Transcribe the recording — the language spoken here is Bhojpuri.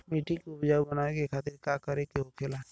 मिट्टी की उपजाऊ बनाने के खातिर का करके होखेला?